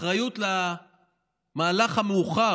האחריות למהלך המאוחר.